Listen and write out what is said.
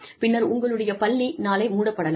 பின்னர் உங்களுடைய பள்ளி நாளை மூடப்படலாம்